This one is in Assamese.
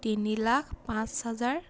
তিনি লাখ পাঁচ হাজাৰ